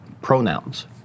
pronouns